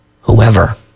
whoever